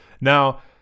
Now